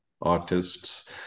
artists